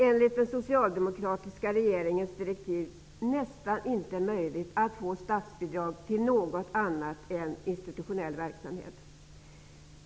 Enligt den socialdemokratiska regeringens direktiv var det nästan inte möjligt att få statsbidrag till något annat än institutionell verksamhet.